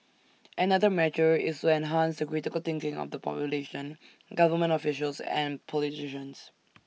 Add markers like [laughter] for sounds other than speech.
another measure is to enhance the critical thinking of the population government officials and politicians [noise]